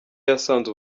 yasanze